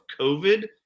COVID